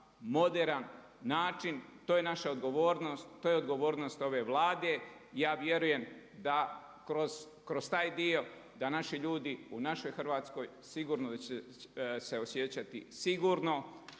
moderan način, to je naša odgovornost, to je odgovornost ove Vlade i ja vjerujem da kroz taj dio da naši ljudi u našoj Hrvatskoj sigurno da će se osjećati sigurno